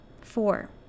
Four